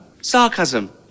Sarcasm